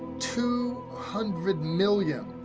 two hundred million,